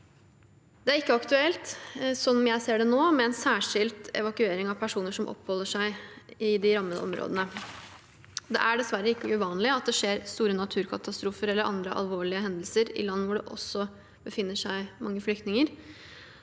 Det er ikke aktuelt, slik jeg ser det nå, med en særskilt evakuering av personer som oppholder seg i de rammede områdene. Det er dessverre ikke uvanlig at det skjer store naturkatastrofer eller andre alvorlige hendelser i land hvor det også befinner seg mange flyktninger,